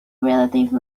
relative